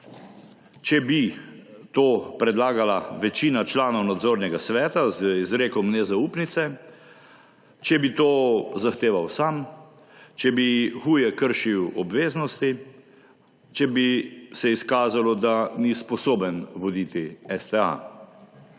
če bi to predlagala večina članov Nadzornega sveta z izrekom nezaupnice, če bi to zahteval sam, če bi huje kršil obveznosti, če bi se izkazalo, da ni sposoben voditi STA.